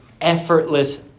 effortless